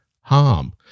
harm